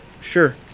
Sure